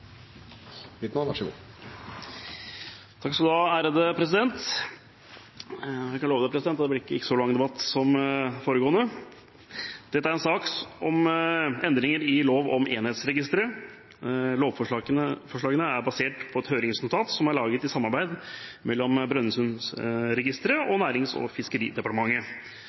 blir en så lang debatt som den foregående! Dette er en sak om endringer i lov om Enhetsregisteret. Lovforslagene er basert på et høringsnotat som er laget i samarbeid mellom Brønnøysundregistrene og Nærings- og fiskeridepartementet.